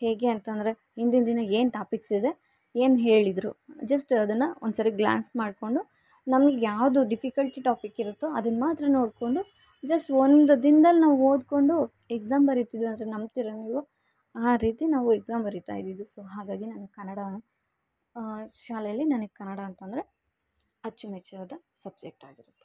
ಹೇಗೆ ಅಂತಂದರೆ ಹಿಂದಿನ್ ದಿನ ಏನು ಟಾಪಿಕ್ಸ್ ಇದೆ ಏನು ಹೇಳಿದ್ರು ಜಸ್ಟ್ ಅದನ್ನು ಒಂದ್ಸರಿ ಗ್ಲ್ಯಾನ್ಸ್ ಮಾಡಿಕೊಂಡು ನಮ್ಗೆ ಯಾವುದು ಡಿಫಿಕಲ್ಟಿ ಟಾಪಿಕ್ ಇರುತ್ತೊ ಅದನ್ನು ಮಾತ್ರ ನೋಡಿಕೊಂಡು ಜಸ್ಟ್ ಒಂದು ದಿನ್ದಲ್ಲಿ ನಾವು ಓದಿಕೊಂಡು ಎಕ್ಸಾಮ್ ಬರಿತಿದ್ವಿ ಅಂದರೆ ನಂಬ್ತಿರಾ ನೀವು ಆ ರೀತಿ ನಾವು ಎಕ್ಸಾಮ್ ಬರಿತಾ ಇದ್ದಿದು ಸೊ ಹಾಗಾಗಿ ನಾನು ಕನ್ನಡ ಶಾಲೆಲ್ಲಿ ನನಗೆ ಕನ್ನಡ ಅಂತಂದರೆ ಅಚ್ಚುಮೆಚ್ಚಾದ ಸಬ್ಜೆಕ್ಟ್ ಆಗಿರುತ್ತೆ